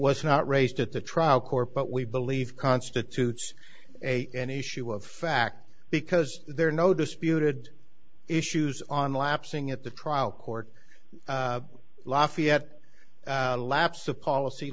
was not raised at the trial court but we believe constitutes a any issue of fact because there are no disputed issues on lapsing at the trial court lafayette a lapse of policy